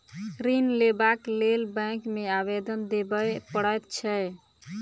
ऋण लेबाक लेल बैंक मे आवेदन देबय पड़ैत छै